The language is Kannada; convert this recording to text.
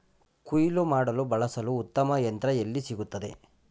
ಕುಯ್ಲು ಮಾಡಲು ಬಳಸಲು ಉತ್ತಮ ಯಂತ್ರ ಎಲ್ಲಿ ಸಿಗುತ್ತದೆ?